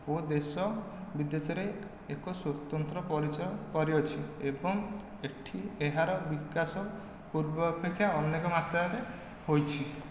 ଓ ଦେଶ ବିଦେଶରେ ଏକ ସ୍ୱତନ୍ତ୍ର ପରିଚୟ କରିଅଛି ଏବଂ ଏଠି ଏହାର ବିକାଶ ପୂର୍ବ ଅପେକ୍ଷାରେ ଅନେକମାତ୍ରାରେ ହୋଇଛି